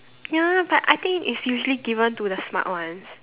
ya but I think it's usually given to the smart ones